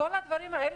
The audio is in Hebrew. כל הדברים האלה,